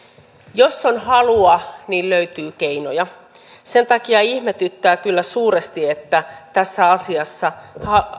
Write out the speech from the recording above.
jos on halua niin löytyy keinoja sen takia ihmetyttää kyllä suuresti tässä asiassa